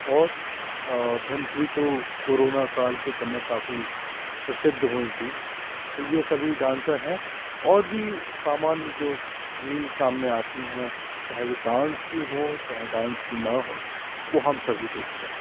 और धनश्री तो कोरोना काल के समय काफ़ी प्रसिद्ध हुईं थीं तो ये अभी डांसर हैं और भी सामान्य जो रील सामने आती हैं चाहे वो डांस की हों चाहे डांस की ना हों वो हम सभी देखते हैं